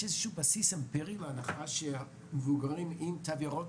איזשהו בסיס אמפירי להנחה שאלה עם תו ירוק